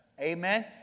Amen